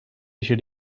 should